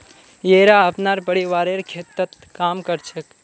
येरा अपनार परिवारेर खेततत् काम कर छेक